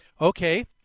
okay